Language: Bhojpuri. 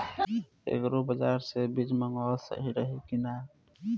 एग्री बाज़ार से बीज मंगावल सही रही की ना?